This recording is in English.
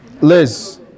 Liz